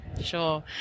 Sure